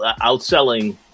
outselling